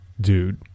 dude